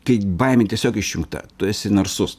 kai baimė tiesiog išjungta tu esi narsus